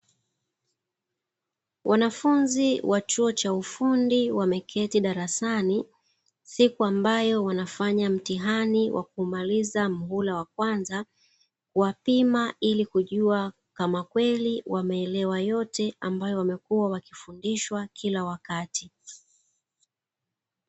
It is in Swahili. Wanafunzi wa chuo cha ufundi wameketi darasani wanafanya mtiani wa kumaliza muula wa kwanza ili kupimwa walichojifunza muula mzima